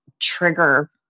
trigger